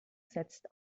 setzt